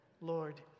Lord